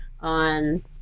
on